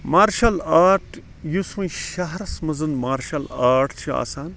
martial art یُس وۄنۍ شَہرَس مَنٛز مارشَل آرٹ چھُ آسان